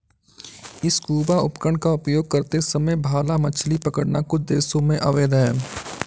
scuba उपकरण का उपयोग करते समय भाला मछली पकड़ना कुछ देशों में अवैध है